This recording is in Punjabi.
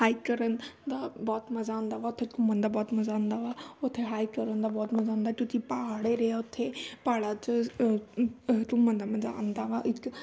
ਹਾਈਕ ਕਰਨ ਦਾ ਬਹੁਤ ਮਜ਼ਾ ਆਉਂਦਾ ਵਾ ਉੱਥੇ ਘੁੰਮਣ ਦਾ ਬਹੁਤ ਮਜ਼ਾ ਆਉਂਦਾ ਵਾ ਉੱਥੇ ਹਾਈਕ ਕਰਨ ਦਾ ਬਹੁਤ ਮਜ਼ਾ ਆਉਂਦਾ ਕਿਉਂਕਿ ਪਹਾੜ ਏਰੀਆ ਉੱਥੇ ਪਹਾੜਾਂ 'ਚ ਘੁੰਮਣ ਦਾ ਮਜ਼ਾ ਆਉਂਦਾ ਵਾ ਇੱਕ